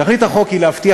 תכלית החוק היא להבטיח,